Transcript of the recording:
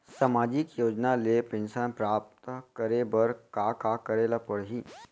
सामाजिक योजना ले पेंशन प्राप्त करे बर का का करे ल पड़ही?